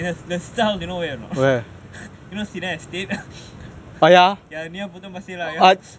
the the style you know where or not you know where's cedar estate near potong-pasir buddha machine lah arts